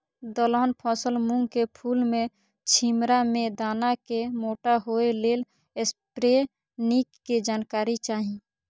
दलहन फसल मूँग के फुल में छिमरा में दाना के मोटा होय लेल स्प्रै निक के जानकारी चाही?